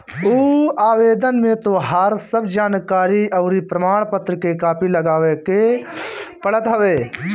उ आवेदन में तोहार सब जानकरी अउरी प्रमाण पत्र के कॉपी लगावे के पड़त हवे